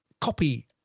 copy